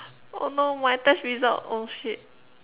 oh no my test result oh shit